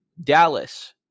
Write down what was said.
Dallas